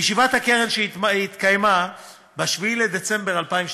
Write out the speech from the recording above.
בישיבת הקרן שהתקיימה ב-7 בדצמבר 2012